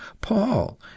Paul